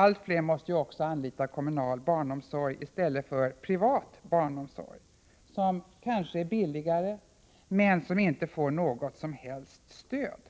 Allt fler måste också anlita kommunal barnomsorg i stället för privat barnomsorg, som kanske är billigare men som inte får något som helst stöd.